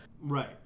Right